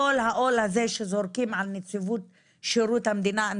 כל העול הזה שזורקים על נציבות שירות המדינה,